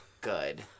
good